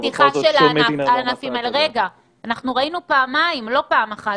לא פעם אחת,